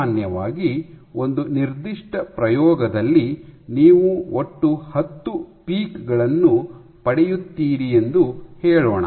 ಸಾಮಾನ್ಯವಾಗಿ ಒಂದು ನಿರ್ದಿಷ್ಟ ಪ್ರಯೋಗದಲ್ಲಿ ನೀವು ಒಟ್ಟು ಹತ್ತು ಪೀಕ್ ಗಳನ್ನು ಪಡೆಯುತ್ತೀರಿ ಎಂದು ಹೇಳೋಣ